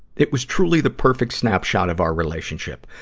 it was truly the perfect snapshot of our relationship.